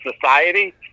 society